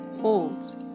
holds